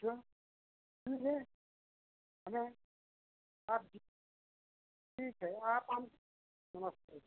जो मिले हमें आप भी ठीक है आप हम नमस्ते